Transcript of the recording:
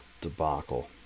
debacle